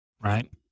Right